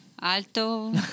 Alto